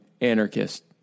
anarchist